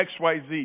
xyz